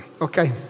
Okay